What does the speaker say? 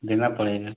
देना पड़ेगा